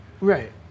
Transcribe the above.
right